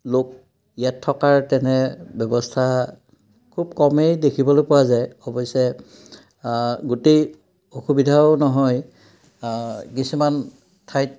লোক ইয়াত থকাৰ তেনে ব্যৱস্থা খুব কমেই দেখিবলৈ পোৱা যায় অৱশ্যে গোটেই অসুবিধাও নহয় কিছুমান ঠাইত